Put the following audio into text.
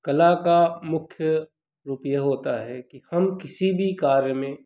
कला का मुख्य रूप ये होता है कि हम किसी भी कार्य में